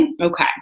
Okay